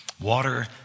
Water